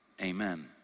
amen